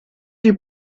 die